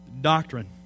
doctrine